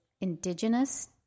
indigenous